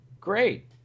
Great